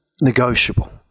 negotiable